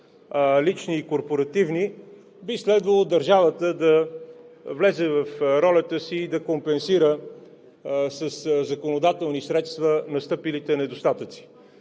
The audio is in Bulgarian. лични и корпоративни, би следвало държавата да влезе в ролята си и да компенсира със законодателни средства настъпилите недостатъци.